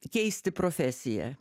keisti profesiją